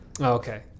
Okay